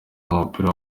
w’umupira